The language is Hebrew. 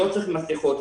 שלא צריך מסכות,